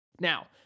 Now